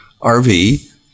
RV